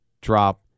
drop